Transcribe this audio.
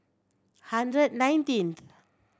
hundred nineteen